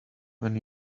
when